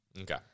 Okay